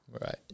Right